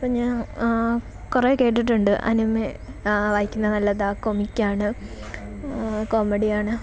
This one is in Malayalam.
ഇപ്പം ഞാൻ കുറെ കേട്ടിട്ടുണ്ട് അനിമെ വായിക്കുന്നത് നല്ലതാണ് കൊമിക്കാണ് കോമഡിയാണ്